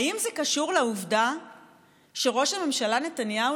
האם זה קשור לעובדה שראש הממשלה נתניהו